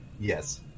Yes